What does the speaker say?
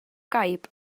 gaib